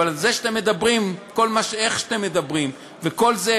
אבל מה שאתם מדברים ואיך שאתם מדברים וכל זה,